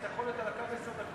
ואתה יכול להיות על הקו עשר דקות,